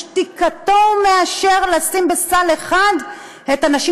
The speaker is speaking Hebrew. בשתיקתו הוא מאשר לשים בסל אחד את הנשים